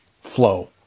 flow